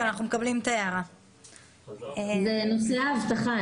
בהקשר של אבטחה זה רוחבי, לא רק בנושא הזה.